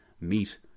meet